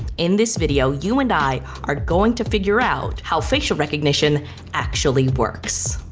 in this video, you and i are going to figure out how facial recognition actually works.